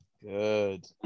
Good